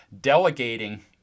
delegating